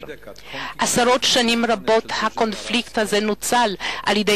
עשרות שנים רבות הקונפליקט הזה נוצל על-ידי